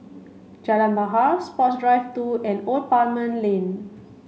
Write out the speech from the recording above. Jalan Bahar Sports Drive two and Old Parliament Lane